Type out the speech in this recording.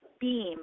Beam